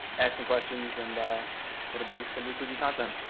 ask some questions, and that'll be some weeklyvee content.